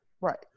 Right